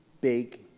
big